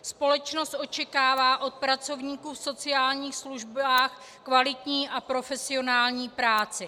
Společnost očekává od pracovníků v sociálních službách kvalitní a profesionální práci.